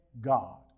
God